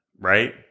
right